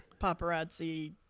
paparazzi